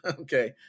Okay